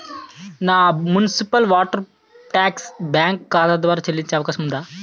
నా municipal water tax bank ఖాతా ద్వారా చెల్లించే అవకాశం ఉందా?